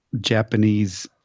Japanese